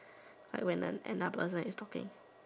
like when nose another person is talking